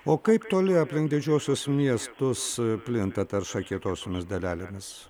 o kaip toli aplink didžiuosius miestus plinta tarša kietosiomis dalelėmis